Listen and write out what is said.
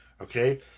okay